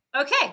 Okay